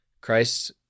christ